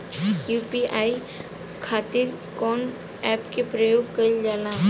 UPI खातीर कवन ऐपके प्रयोग कइलजाला?